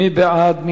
מי בעד?